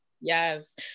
Yes